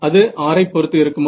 அது r ஐ பொறுத்து இருக்குமா